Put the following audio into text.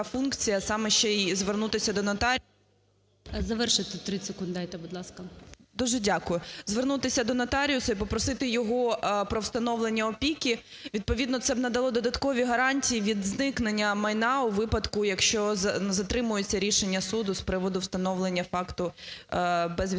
Звернутися до нотаріуса і попросити його про встановлення опіки. Відповідно це б надало додаткові гарантії від зникнення майна у випадку, якщо, ну, затримується рішення суду з приводу встановлення факту безвісти